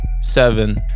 seven